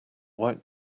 white